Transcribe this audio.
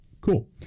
Cool